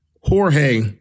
Jorge